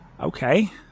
okay